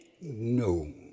No